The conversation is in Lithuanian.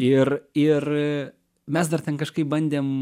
ir ir mes dar ten kažkaip bandėm